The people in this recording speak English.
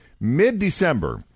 mid-December